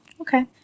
okay